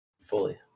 fully